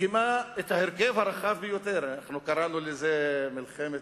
מקימה את ההרכב הרחב ביותר, אנחנו קראנו לזה ממשלת